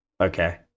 Okay